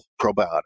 probiotics